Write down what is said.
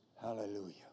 Hallelujah